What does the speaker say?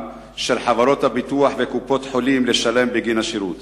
של חברות הביטוח וקופות-חולים לשלם בגין השירות.